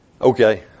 okay